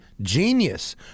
Genius